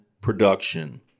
production